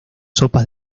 sopas